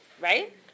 right